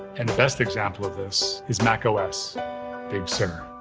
and the best example of this is macos big sur.